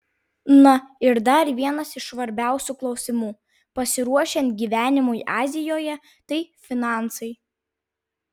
na ir dar vienas iš svarbiausių klausimų pasiruošiant gyvenimui azijoje tai finansai